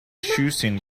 choosing